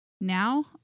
Now